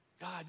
God